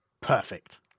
Perfect